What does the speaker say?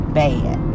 bad